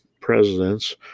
presidents